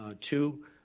two